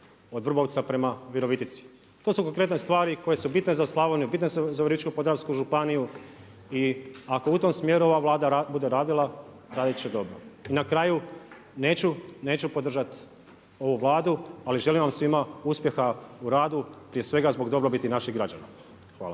od Vrbovca prema Virovitici. To su konkretne stvari koje su bitne za Slavoniju, bitne su za Virovitičko-podravsku županiju. I ako u tom smjeru ova Vlada bude radila, radit će dobro. I na kraju neću podržati ovu Vladu, ali želim vam svima uspjeha u radu prije svega zbog dobrobiti naših građana. Hvala.